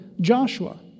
Joshua